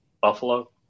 Buffalo